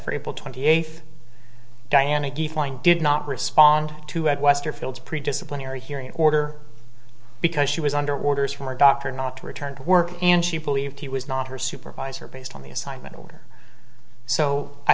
for april twenty eighth diana the flying did not respond to at westerfield's pre disciplinary hearing order because she was under orders from her doctor not to return to work and she believed he was not her supervisor based on the assignment order so i